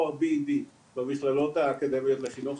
המכללות האקדמיות לחינוך.